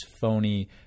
phony